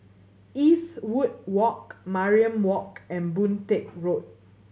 Eastwood Walk Mariam Walk and Boon Teck Road